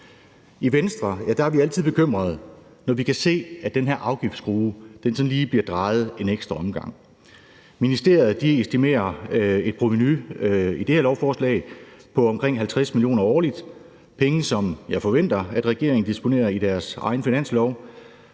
I Venstre bliver vi altid bekymrede, når vi kan se, at den her afgiftsskrue sådan lige bliver drejet en ekstra omgang. Ministeriet estimerer et provenu i det her lovforslag på omkring 50 mio. kr. årligt – penge, som jeg forventer at regeringen disponerer i deres egen finanslov.